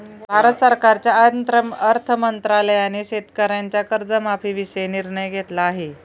भारत सरकारच्या अर्थ मंत्रालयाने शेतकऱ्यांच्या कर्जमाफीविषयी निर्णय घेतला आहे